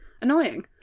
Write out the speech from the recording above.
annoying